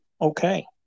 Okay